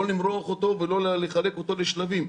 לא למרוח אותו ולא לחלק אותו לשלבים.